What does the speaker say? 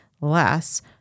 less